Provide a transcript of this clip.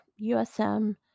USM